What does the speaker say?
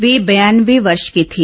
वे बयानवे वर्ष के थे